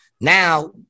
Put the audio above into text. Now